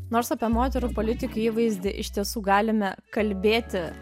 nors apie moterų politikių įvaizdį iš tiesų galime kalbėti